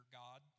god